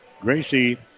Gracie